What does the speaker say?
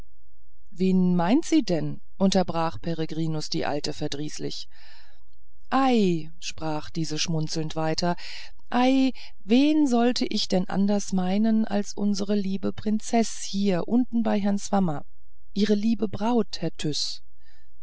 wen meint sie denn unterbrach peregrinus die alte verdrießlich ei sprach diese schmunzelnd weiter ei wen sollte ich denn anders meinen als unsere liebe prinzeß hier unten bei herrn swammer ihre liebe braut herr